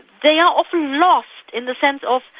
they are often lost in the sense of,